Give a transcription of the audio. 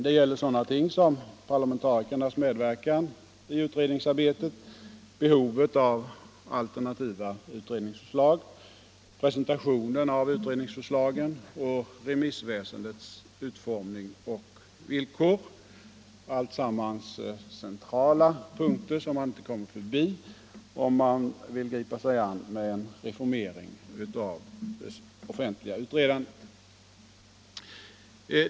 Det gäller sådana ting som parlamentarikernas medverkan i utredningsarbetet, behovet av alternativa utredningsförslag, presentationen av utredningsförslagen och remissväsendets utformning och villkor — alltsammans centrala punkter som man inte kommer förbi om man vill gripa sig an med en reformering av det offentliga utredandet.